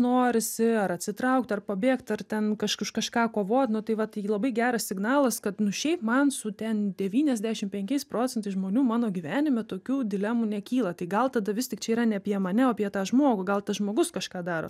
norisi ar atsitraukt ir pabėgt ar ten kaž už kažką kovot nu tai va tai labai geras signalas kad nu šiaip man su ten devyniasdešim penkiais procentais žmonių mano gyvenime tokių dilemų nekyla tai gal tada vis tik čia yra ne apie mane o apie tą žmogų gal tas žmogus kažką daro